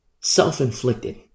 Self-inflicted